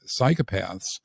psychopaths